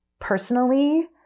personally